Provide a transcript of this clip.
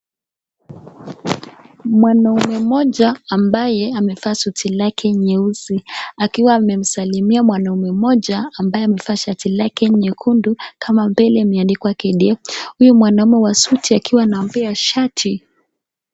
Mwanaume mmoja ambaye amevaa suti lake nyeusi akiwa amemsalimia mwanaume mmoja ambaye amevaa shati lake nyekundu kama mbele imeandikwa KDF . Yule mwanume wa suti akiwa anampea shati.